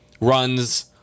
runs